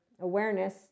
awareness